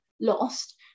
lost